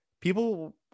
people